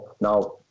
Now